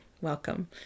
Welcome